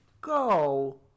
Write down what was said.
go